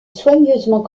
soigneusement